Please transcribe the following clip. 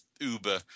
Uber